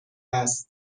است